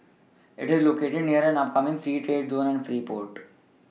it is located near an upcoming free trade zone and free port